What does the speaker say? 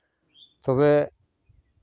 ᱛᱚᱵᱮ